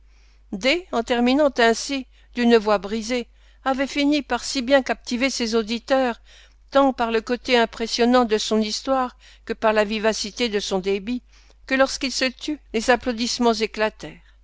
en terminant ainsi d'une voix brisée avait fini par si bien captiver ses auditeurs tant par le côté impressionnant de son histoire que par la vivacité de son débit que lorsqu'il se tut les applaudissements